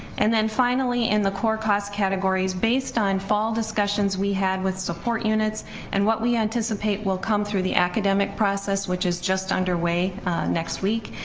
and then finally in the core cost categories based on fall discussions we had with support units and what we anticipate will come through the academic process which is just underway next week,